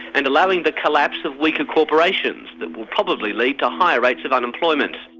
and allowing the collapse of weaker corporations that will probably lead to higher rates of unemployment.